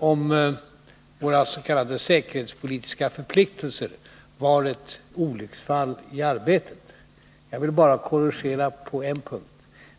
om våra s.k. säkerhetspolitiska förpliktelser var ett olycksfall i arbetet. Jag vill bara korrigera på en punkt.